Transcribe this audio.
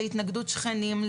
להתנגדות שכנים,